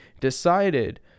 decided